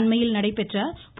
அண்மையில்